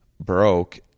broke